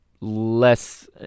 less